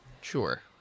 Sure